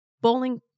Bowling